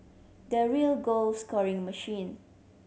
the real goal scoring machine